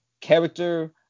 character